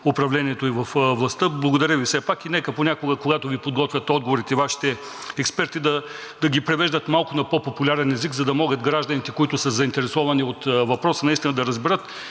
управлението и във властта. Благодаря Ви все пак. И нека понякога, когато Ви подготвят отговорите Вашите експерти, да ги превеждат малко на по-популярен език, за да могат гражданите, които са заинтересовани от въпроса, да разберат